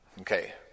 okay